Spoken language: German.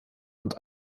und